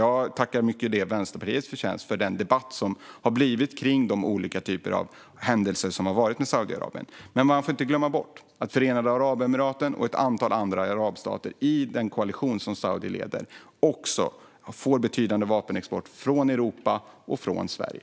Jag tackar Vänsterpartiet och tycker att det mycket är vår förtjänst att det har blivit en debatt om de olika typer av händelser som har skett med Saudiarabien. Men vi får inte glömma bort att Förenade Arabemiraten och ett antal andra arabstater i den koalition som Saudiarabien leder också får en betydande vapenexport från Europa och från Sverige.